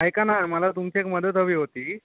ऐका ना मला तुमची एक मदत हवी होती